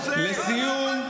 לסיום,